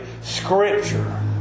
Scripture